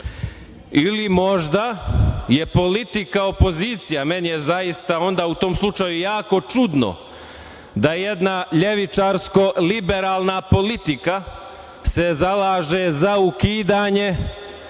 Ili, možda, je politika opozicije, a meni je zaista onda u tom slučaju jako čudno da jedna levičarsko-liberalna politika se zalaže za ukidanje